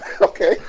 okay